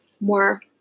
more